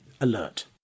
alert